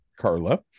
Carla